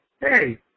hey